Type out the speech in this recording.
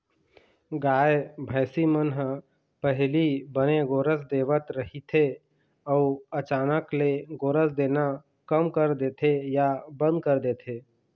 गाय, भइसी मन ह पहिली बने गोरस देवत रहिथे अउ अचानक ले गोरस देना कम कर देथे या बंद कर देथे